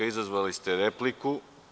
Izazvali ste repliku.